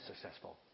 successful